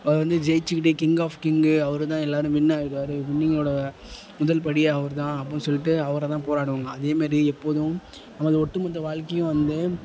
அவர் வந்து ஜெயிச்சிக்கிட்டே king of king அவர் தான் எல்லாரும் வின் ஆகிடுவாரு வின்னிங்கோடய முதல் படி அவர்தான் அப்பிடின்னு சொல்லிட்டு அவர்தான் போராடுவாங்க அதேமாரியே எப்போதும் நமது ஒட்டுமொத்த வாழ்க்கையும் வந்து